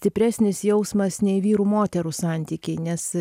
stipresnis jausmas nei vyrų moterų santykiai nes